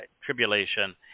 Tribulation